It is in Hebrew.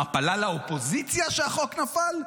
מפלה לאופוזיציה שהחוק נפל?